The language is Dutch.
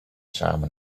samen